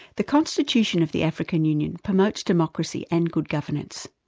the constitution of the african union promotes democracy and good governance.